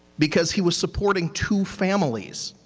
because he was supporting two families.